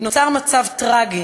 נוצר מצב טראגי,